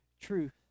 truth